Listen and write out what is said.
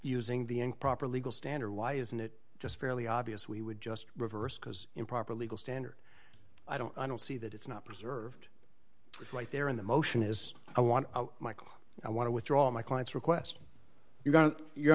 using the improper legal standard why isn't it just fairly obvious we would just reverse because improper legal standard i don't see that it's not preserved it's right there in the motion is i want michael i want to withdraw my client's request you go your